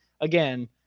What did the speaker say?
again